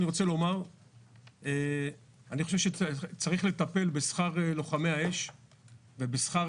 אני חושב שצריך לטפל בשכר לוחמי האש ובשכר